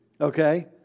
okay